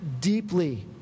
deeply